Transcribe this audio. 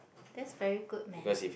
that's very good man